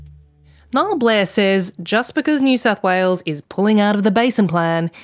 niall blair says just because new south wales is pulling out of the basin plan,